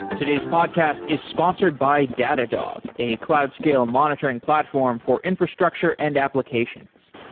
today's podcast is sponsored by datadog, a cloud scale monitoring platform for infrastructure and applications.